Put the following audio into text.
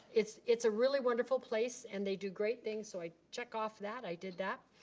it's it's a really wonderful place and they do great things so i check off that. i did that.